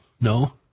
No